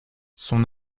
son